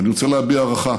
ואני רוצה להביע הערכה